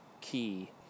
key